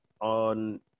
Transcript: on